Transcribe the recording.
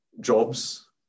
jobs